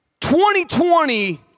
2020